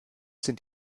sind